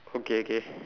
okay okay